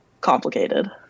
complicated